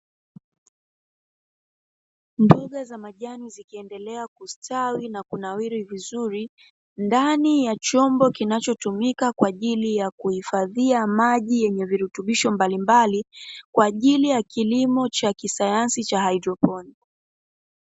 Mboga za majani zikiendelea kustawi na kunawiri vizuri, ndani ya chombo kinachotumika kwaajili ya kuhifadhia maji, yenye virutubisho mbalimbali kwaajili ya kilimo cha kisayansi cha haidroponi.